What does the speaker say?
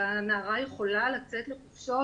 שהנערה יכולה לצאת לחופשות,